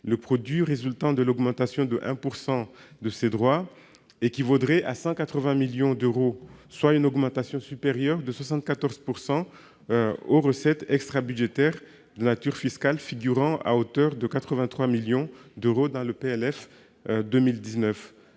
le produit résultant de l'augmentation de 1 % de ces droits s'élèverait à 180 millions d'euros, soit une somme nettement supérieure aux recettes extrabudgétaires de nature fiscale figurant, à hauteur de 83 millions d'euros, dans le présent